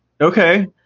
Okay